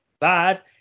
Bad